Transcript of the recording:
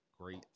great